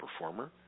performer